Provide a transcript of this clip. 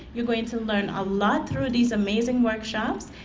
you are going to learn a lot through these amazing workshops,